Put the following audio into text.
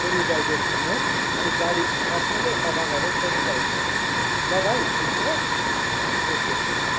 sanitiser किन्नुहोस् अनि गाडी मजाले सफा गरेर सेनिटाइज गर्नुहोस् ल भाइ बुझ्नुभयो ओके भाइ